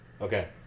Okay